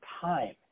time